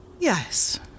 Yes